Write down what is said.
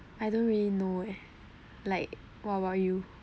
I don't really know eh like what about you